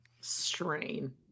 Strain